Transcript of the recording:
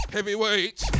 Heavyweight